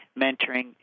mentoring